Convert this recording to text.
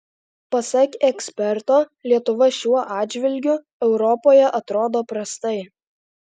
pasak eksperto lietuva šiuo atžvilgiu europoje atrodo prastai